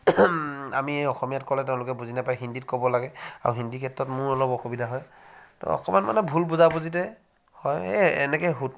আমি অসমীয়াত ক'লে তেওঁলোকে বুজি নাপায় হিন্দীত ক'ব লাগে আৰু হিন্দী ক্ষেত্ৰত মোৰ অলপ অসুবিধা হয় তো অকণমান মানে ভুল বুজাবুজিতে হয় এই এনেকৈ